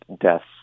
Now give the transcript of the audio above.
deaths